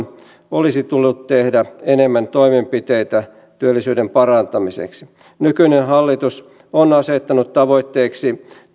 olisi tullut tehdä enemmän toimenpiteitä työllisyyden parantamiseksi nykyinen hallitus on asettanut tavoitteeksi